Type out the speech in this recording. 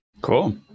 Cool